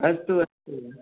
अस्तु अस्तु